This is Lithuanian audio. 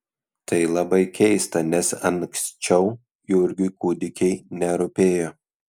tai labai keista nes anksčiau jurgiui kūdikiai nerūpėjo